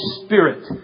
Spirit